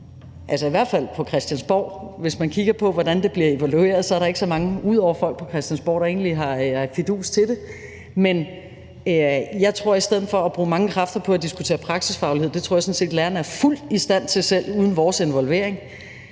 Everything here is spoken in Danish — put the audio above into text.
altså i hvert fald på Christiansborg; hvis man kigger på, hvordan det bliver evalueret, er der ikke så mange ud over folk på Christiansborg, der egentlig har fidus til det. Men jeg tror, at i stedet for at bruge mange kræfter på at diskutere praksisfaglighed – det tror jeg sådan set lærerne er fuldt i stand til selv uden vores involvering